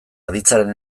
aditzaren